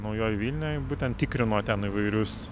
naujoj vilnioj būtent tikrino ten įvairius